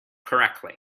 correctly